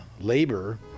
labor